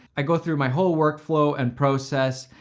i go through my whole workflow and process,